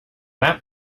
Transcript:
that